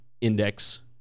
index